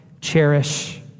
cherish